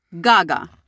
gaga